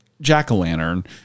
jack-o'-lantern